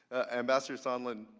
and vassar sondland